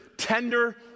tender